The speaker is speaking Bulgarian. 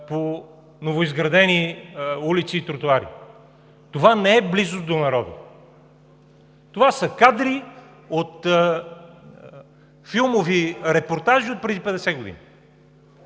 по новоизградени улици и тротоари – това не е близо до народа. Това са кадри от филмови репортажи отпреди 50 години,